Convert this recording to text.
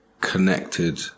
connected